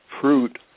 fruit